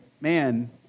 man